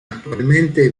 actualmente